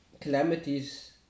calamities